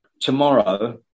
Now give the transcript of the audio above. tomorrow